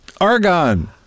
Argon